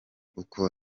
uko